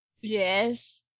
Yes